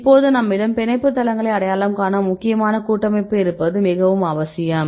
இப்போது நம்மிடம் பிணைப்பு தளங்களை அடையாளம் காண முக்கியமான கூட்டமைப்பு இருப்பது மிகவும் அவசியம்